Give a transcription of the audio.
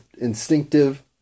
instinctive